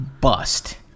bust